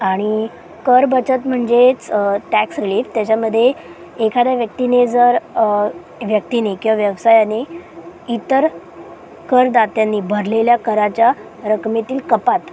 आणि करबचत म्हणजेच टॅक्स रिलीफ त्याच्यामध्ये एखाद्या व्यक्तीने जर व्यक्तीने किंवा व्यवसायाने इतर करदात्यांनी भरलेल्या कराच्या रकमेतील कपात